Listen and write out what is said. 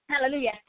Hallelujah